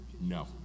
No